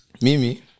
Mimi